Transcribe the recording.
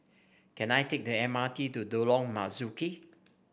can I take the M R T to Lorong Marzuki